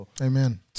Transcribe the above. Amen